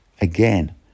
Again